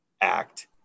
act